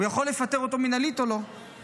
הוא יכול לפטר אותו מינהלית או לא אם,